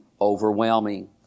overwhelming